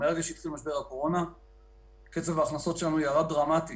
מרגע שהתחיל משבר הקורונה קצב ההכנסות שלנו ירד דרמטית.